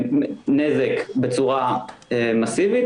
שמוכיח נזק בצורה מסיבית.